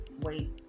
wait